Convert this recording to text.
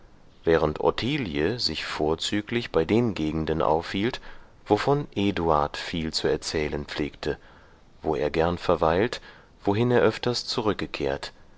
während ottilie sich vorzüglich bei den gegenden aufhielt wovon eduard viel zu erzählen pflegte wo er gern verweilt wohin er öfters zurückgekehrt